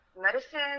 medicine